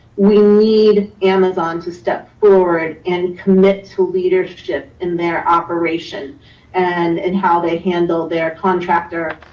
we need amazon to step forward and commit to leadership in their operation and in how they handle their contractor,